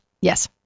yes